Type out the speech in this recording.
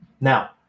Now